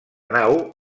nau